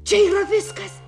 čia yra viskas